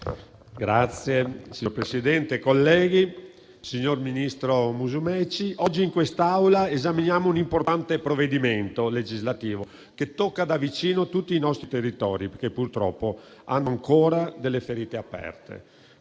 Signor presidente, colleghi, signor ministro Musumeci, oggi in quest'Aula esaminiamo un importante provvedimento legislativo che tocca da vicino tutti i nostri territori, che purtroppo hanno ancora delle ferite aperte.